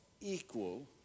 equal